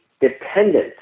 dependent